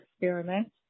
experiment